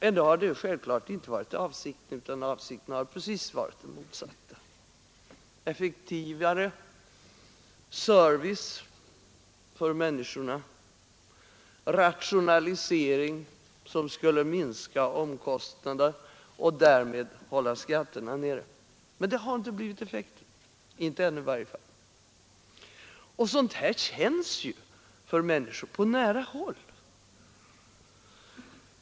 Ändå har det självklart inte varit avsikten, utan avsikten har varit den precis motsatta: effektivare service för människorna, rationalisering som skulle minska omkostnaderna och därmed hålla skatterna nere. Men detta har inte blivit effekten, inte ännu i varje fall. Och sådant här känns ju för människor, på nära håll.